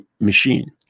machine